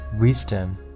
wisdom